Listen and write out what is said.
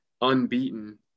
unbeaten